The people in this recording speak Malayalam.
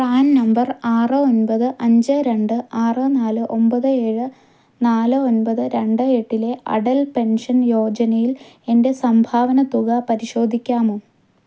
പ്രാൻ നമ്പർ ആറ് ഒൻപത് അഞ്ച് രണ്ട് ആറ് നാല് ഒമ്പത് ഏഴ് നാല് ഒൻപത് രണ്ട് എട്ടിലെ അടൽ പെൻഷൻ യോജനയിൽ എൻ്റെ സംഭാവന തുക പരിശോധിക്കാമോ